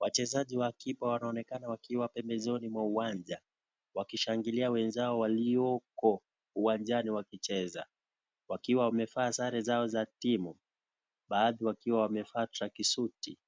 Wachezaji wa akiba wanaonekana wakiwa pembezoni mwa uwanja wakishangalia wenzao walioko uwanjani wakicheza wakiwa wamevaa sare zao za timu baadhi wakiwa wamevaa cha kisuti